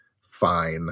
fine